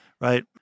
Right